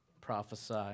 prophesy